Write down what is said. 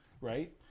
Right